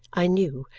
i knew,